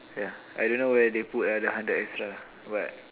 ya I don't know where they put ah the hundred extra but